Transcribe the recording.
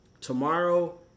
Tomorrow